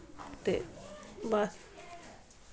ते बस